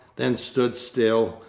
then stood still,